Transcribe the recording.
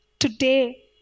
today